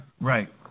right